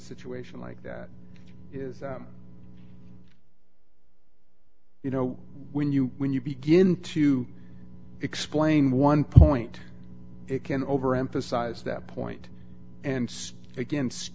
situation like that is you know when you when you begin to explain one point it can overemphasize that point and against